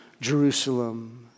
Jerusalem